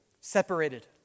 separated